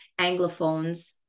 anglophones